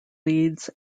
leeds